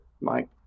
Mike